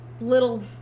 little